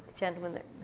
gentleman there,